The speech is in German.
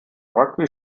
rugby